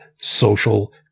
social